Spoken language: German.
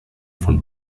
von